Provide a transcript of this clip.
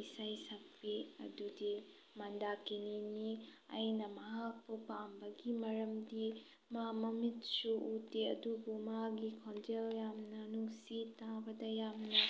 ꯏꯁꯩ ꯁꯛꯄꯤ ꯑꯗꯨꯗꯤ ꯃꯟꯗꯥꯀꯤꯅꯤꯅꯤ ꯑꯩꯅ ꯃꯍꯥꯛꯄꯨ ꯄꯥꯝꯕꯒꯤ ꯃꯔꯝꯗꯤ ꯃꯥ ꯃꯃꯤꯠꯁꯨ ꯎꯗꯦ ꯑꯗꯨꯕꯨ ꯃꯥꯒꯤ ꯈꯣꯟꯖꯦꯜ ꯌꯥꯝꯅ ꯅꯨꯡꯁꯤ ꯇꯥꯕꯗ ꯌꯥꯝꯅ